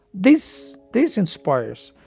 this this inspires.